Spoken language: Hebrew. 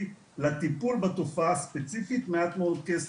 לטיפול בתופעה הספציפית מעט מאוד כסף.